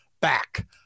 back